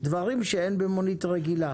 דברים שאין במונית רגילה.